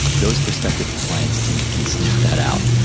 those prospective clients can can sniff that out.